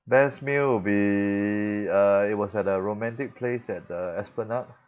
best meal will be uh it was at a romantic place at the esplanade